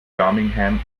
birmingham